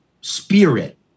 spirit